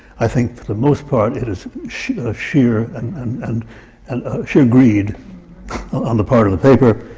i think, for the most part, it is sheer ah sheer and and and and sheer greed on the part of the paper,